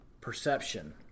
perception